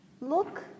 Look